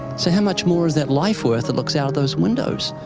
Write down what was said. so, how much more is that life worth that looks out those windows?